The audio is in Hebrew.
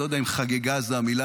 אני לא יודע אם "חגגה" זו המילה,